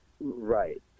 right